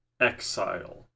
exile